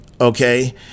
Okay